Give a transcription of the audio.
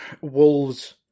Wolves